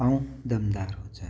ऐं दमदारु हुजनि